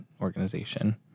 organization